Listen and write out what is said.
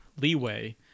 leeway